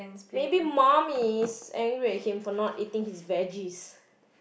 maybe mum is angry at him for not eating his veggies